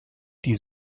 die